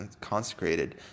consecrated